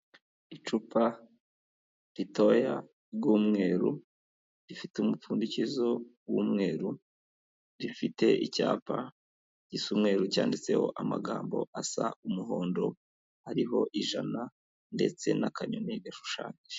icupa ritoya ry'umweru, rifite umupfundikizo w'umweru, rifite icyapa gisumweruru, cyanditseho amagambo asa umuhondo, hariho ijana ndetse n'akanyoni gashushanyije.